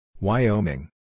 Wyoming